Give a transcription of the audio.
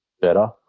better